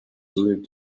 lived